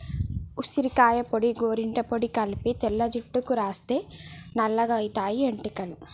ఉసిరికాయ పొడి గోరింట పొడి కలిపి తెల్ల జుట్టుకు రాస్తే నల్లగాయితయి ఎట్టుకలు